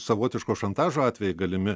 savotiško šantažo atvejai galimi